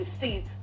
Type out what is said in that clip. see